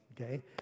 okay